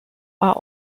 are